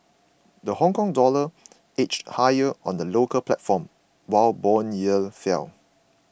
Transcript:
the Hongkong dollar edged higher on the local platform while bond yields fell